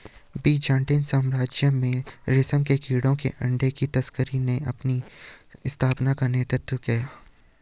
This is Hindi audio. बीजान्टिन साम्राज्य में रेशम के कीड़े के अंडे की तस्करी ने अपनी स्थापना का नेतृत्व किया